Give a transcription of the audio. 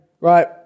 Right